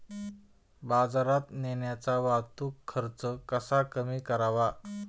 बाजारात नेण्याचा वाहतूक खर्च कसा कमी करावा?